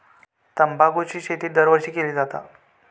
तंबाखूची शेती दरवर्षी केली जाता